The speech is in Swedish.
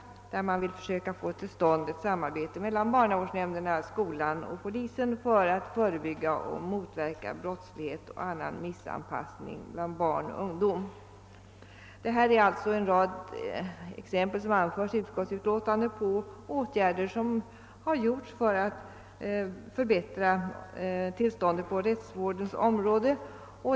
Detta innebär att man vill försöka få till stånd ett samarbete mellan barnavårdsnämnder, skola och polis för att förebygga och motverka brottslighet och annan missanpassning bland barn och ungdom. Detta är en rad exempel som anförts i utskottsutlåtandet på åtgärder som vidtas för att förbättra tillståndet på rättsvårdens område.